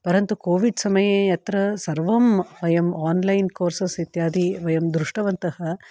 परन्तु कोविड् समये यत्र सर्वं वयम् आन्लैन् कोर्सस् इत्यादि वयं दृष्टवन्तः